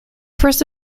first